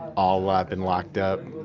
all while i've been locked up.